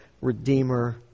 Redeemer